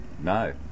No